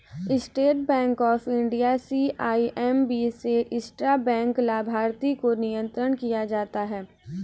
state Bank of India CIMB से intra bank लाभार्थी को नियंत्रण किया जाता है